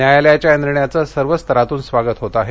न्यायालयाच्या या निर्णयाचं सर्व स्तरातून स्वागत होत आहे